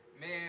Man